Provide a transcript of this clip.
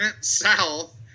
south